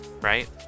right